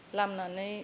लामनानै